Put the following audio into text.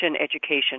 education